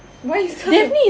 why you so sup~